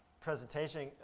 presentation